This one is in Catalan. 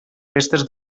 festes